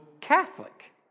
Catholic